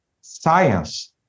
science